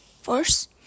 force